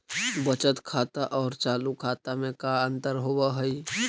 बचत खाता और चालु खाता में का अंतर होव हइ?